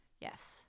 Yes